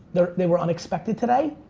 they were unexpected today,